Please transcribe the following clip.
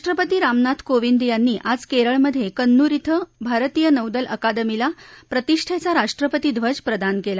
राष्ट्रपती रामनाथ कोविंद यांनी आज क्रळमधळेन्नूर क्रें भारतीय नौदल अकादमीला प्रतिष्ठद्ये राष्ट्रपती ध्वज प्रदान कला